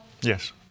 Yes